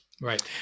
Right